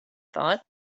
thought